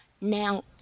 Now